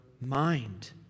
mind